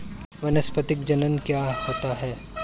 वानस्पतिक जनन क्या होता है?